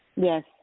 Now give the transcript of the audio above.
Yes